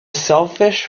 selfish